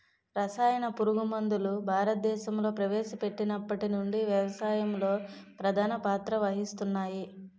రసాయన పురుగుమందులు భారతదేశంలో ప్రవేశపెట్టినప్పటి నుండి వ్యవసాయంలో ప్రధాన పాత్ర వహిస్తున్నాయి